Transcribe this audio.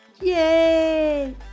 Yay